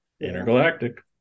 Intergalactic